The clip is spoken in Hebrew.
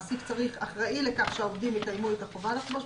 מעסיק אחראי לכך שהעובדים יקיימו את החובה לחבוש מסכה,